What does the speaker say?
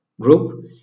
group